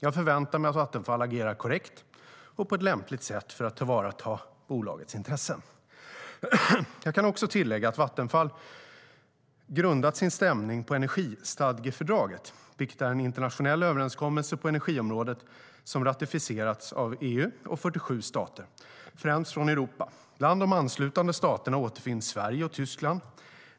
Jag förväntar mig att Vattenfall agerar korrekt och på lämpligt sätt för att tillvarata bolagets intressen. Jag kan också tillägga att Vattenfall har grundat sin stämning på energistadgefördraget, vilket är en internationell överenskommelse på energiområdet som ratificerats av EU och 47 stater, främst från Europa. Bland de anslutna staterna återfinns Sverige och Tyskland.